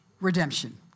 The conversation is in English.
Redemption